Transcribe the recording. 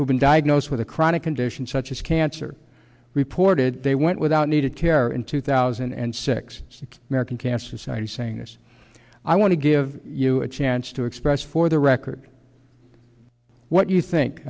who've been diagnosed with a chronic condition such as cancer reported they went without needed care in two thousand and six american cancer society saying this i want to give you a chance to express for the record what you think